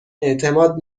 اعتماد